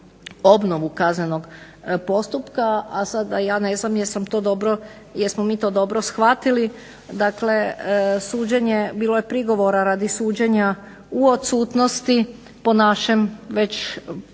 obnovu kaznenog postupka, a sada ja ne znam jesmo mi to dobro shvatili. Dakle, suđenje bilo je prigovora radi suđenja u odsutnosti po našem već